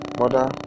mother